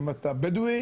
אם אתה בדואי,